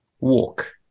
walk